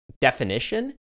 definition